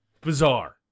bizarre